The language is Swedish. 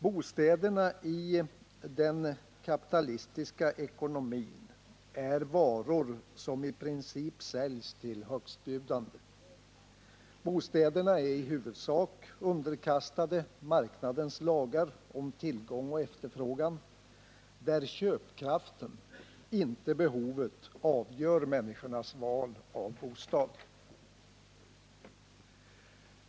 Bostäderna i den kapitalistiska ekonomin är varor som i princip säljs till högstbjudande. Bostäderna är i huvudsak underkastade marknadens lagar | om tillgång och efterfrågan: Köpkraften, inte behovet, avgör människornas val av bostad.